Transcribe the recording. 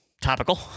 topical